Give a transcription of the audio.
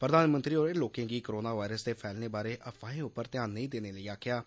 प्रधानमंत्री होरें लोकें गी कोरोना वायरस दे फैलने बारै अफवाहें उप्पर ध्यान नेंई देने लेई आक्खेआ ऐ